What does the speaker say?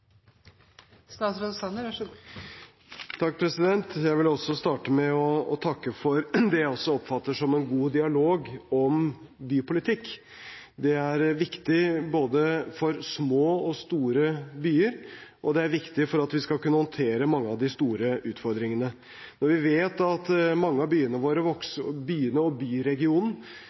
vil starte med å takke for det jeg oppfatter som en god dialog om bypolitikk. Det er viktig for både små og store byer, og det er viktig for at vi skal kunne håndtere mange av de store utfordringene. Når vi vet at mange av